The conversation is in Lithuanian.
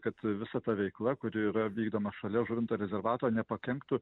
kad visa ta veikla kuri yra vykdoma šalia žuvinto rezervato nepakenktų